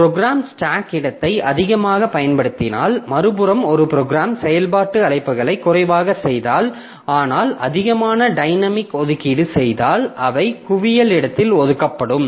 program stack இடத்தை அதிகமாகப் பயன்படுத்தினால் மறுபுறம் ஒரு ப்ரோக்ராம் செயல்பாட்டு அழைப்புகளை குறைவாக செய்தால் ஆனால் அதிகமான டைனமிக் ஒதுக்கீடு செய்தால் அவை குவியல் இடத்தில் ஒதுக்கப்படும்